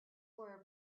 were